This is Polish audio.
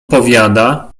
powiada